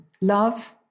love